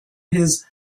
his